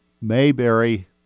Mayberry